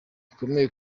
gikomeye